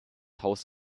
haus